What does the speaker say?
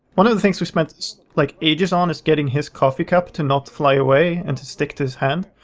one of the things we spent like ages on is getting his coffee cup to not fly away, and to stick to his hand.